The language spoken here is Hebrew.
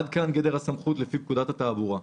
עד כאן גדר הסמכות לפי פקודת התעבורה.